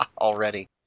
already